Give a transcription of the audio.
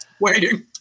Waiting